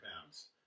pounds